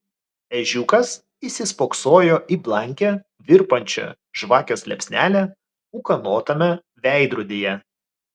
ežiukas įsispoksojo į blankią virpančią žvakės liepsnelę ūkanotame veidrodyje